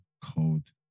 Cold